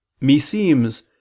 meseems